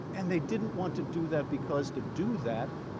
and they didn't want to do that because to do that,